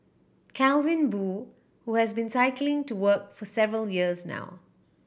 Calvin Boo who has been cycling to work for several years now